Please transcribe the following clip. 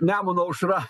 nemuno aušra